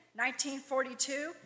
1942